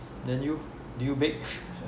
then you do you bake